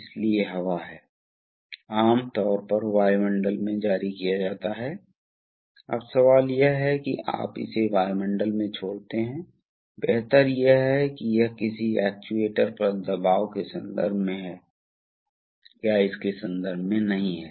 इसलिए जब तक गति समान है तब तक वितरित की जाने वाली मात्रा समान होती है और बिजली की आवश्यकता दबाव के सीधे आनुपातिक होती है यह मानते हुए कि वॉल्यूमेट्रिक दक्षता समान है रिसाव आदि महत्वपूर्ण नहीं हैं